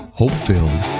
hope-filled